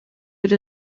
with